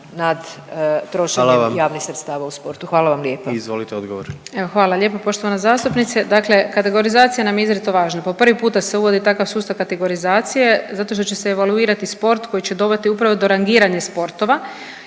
Izvolite odgovor. **Brnjac, Nikolina (HDZ)** Hvala lijepa poštovana zastupnice. Dakle, kategorizacija nam je izrazito važna. Po prvi puta se uvodi takav sustav kategorizacije zato što će se evaluirati sport koji će dovesti upravo do rangiranja sportova